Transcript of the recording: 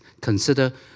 consider